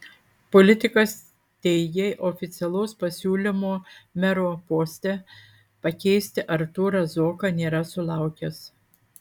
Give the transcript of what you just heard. politikas teigė oficialaus pasiūlymo mero poste pakeisti artūrą zuoką nėra sulaukęs